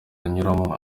anyuramo